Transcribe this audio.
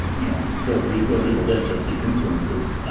you know, go through it, go through the list of these influences.